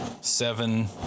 Seven